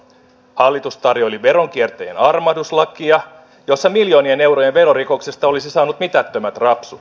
hallitus tarjoili veronkiertäjien armahduslakia jossa miljoonien eurojen verorikoksesta olisi saanut mitättömät rapsut